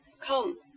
Come